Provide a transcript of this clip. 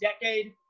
decade